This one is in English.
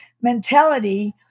mentality